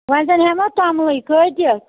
وۅنۍ زن ہٮ۪مو توٚملٕے کٔہۍ دِکھ